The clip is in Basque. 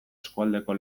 eskualdeko